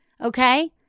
Okay